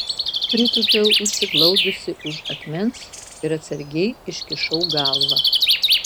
pritūpiau užsiglaudusi už akmens ir atsargiai iškišau galvą